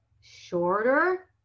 shorter